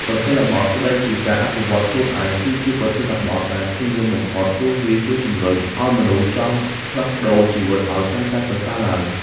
ប្រធានបទស្តីពី ការអភិវឌ្ឍខ្លួនឯង គឺជាប្រធានបទដែលពេញនិយមបំផុត ព្រោះវាជួយជម្រុញឱ្យមនុស្សចង់ផ្លាស់ប្តូរជីវិតឱ្យកាន់តែប្រសើរឡើង។